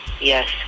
yes